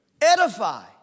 edify